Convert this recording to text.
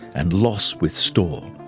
and loss with store